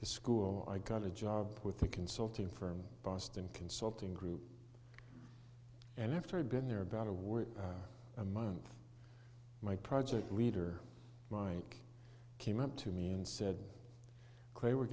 the school i got a job with the consulting firm boston consulting group and after i'd been there about a word a month my project leader right came up to me and said